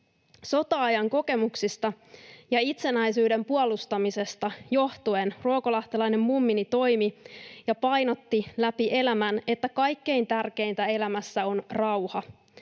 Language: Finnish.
Sota-ajan kokemuksista ja itsenäisyyden puolustamisesta johtuen ruokolahtelainen mummini toimi ja painotti läpi elämän, että kaikkein tärkeintä elämässä on rauha.